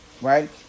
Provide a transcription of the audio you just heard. right